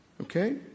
Okay